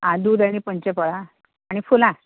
आं दूद आनी पंचफळां आनी फुलां